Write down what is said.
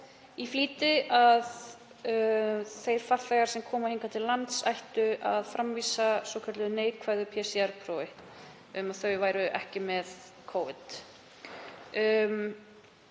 í flýti að farþegar sem kæmu hingað til lands ættu að framvísa svokölluðu neikvæðu PCR-prófi um að þau væru ekki með Covid.